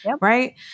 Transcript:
right